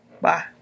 Bye